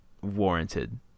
warranted